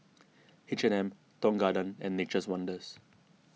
H and M Tong Garden and Nature's Wonders